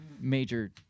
major